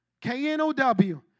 K-N-O-W